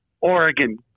Oregon